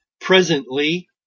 presently